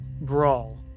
brawl